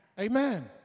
Amen